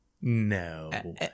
No